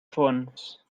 fons